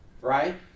right